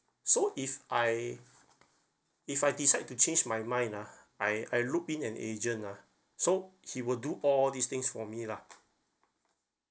so if I if I decide to change my mind ah I I look in an agent ah so he will do all these things for me lah